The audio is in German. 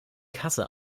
kasse